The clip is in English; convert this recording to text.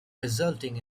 resulting